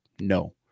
no